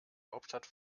hauptstadt